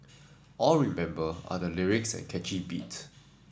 all we remember are the lyrics and catchy beat